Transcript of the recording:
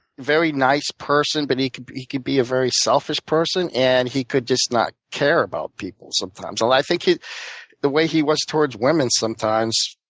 very nice person, but he could he could be a very selfish person, and heh could just not care about people sometimes. although i think the way he was towards women sometimes,